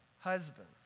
husband